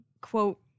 quote